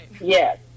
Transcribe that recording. yes